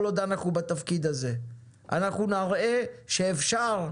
כל עוד אנחנו בתפקיד הזה אנחנו נראה שאפשר,